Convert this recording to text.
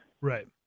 right